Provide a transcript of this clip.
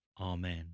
Amen